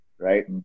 right